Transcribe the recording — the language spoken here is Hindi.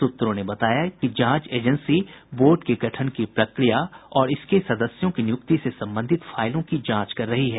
सूत्रों ने बताया कि जांच एजेंसी बोर्ड के गठन की प्रक्रिया और इसके सदस्यों की नियुक्ति से संबंधित फाइलों की जांच कर रही है